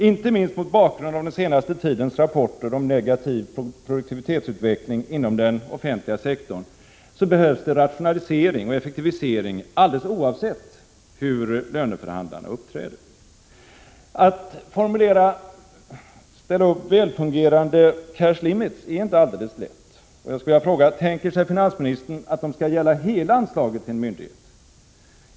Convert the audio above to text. Inte minst mot bakgrund av den senaste tidens rapporter om negativ produktivitetsutveckling inom den offentliga sektorn behövs rationalisering och effektivisering, alldeles oavsett hur löneförhandlarna uppträder. Att ställa upp välfungerande cash limits är inte alldeles lätt. Jag skulle vilja fråga: Tänker sig finansministern att det skall gälla hela anslaget till en myndighet?